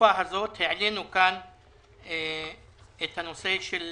התקופה הזאת העלינו כאן את הנושא של